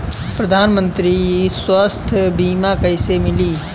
प्रधानमंत्री स्वास्थ्य बीमा कइसे मिली?